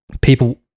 people